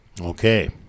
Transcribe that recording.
Okay